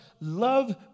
Love